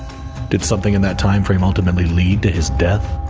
did something in that time frame ultimately lead to his death?